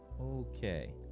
Okay